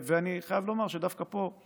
ואני חייב לומר שדווקא פה,